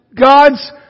God's